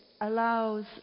allows